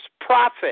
profit